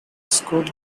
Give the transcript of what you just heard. scored